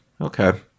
Okay